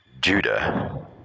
Judah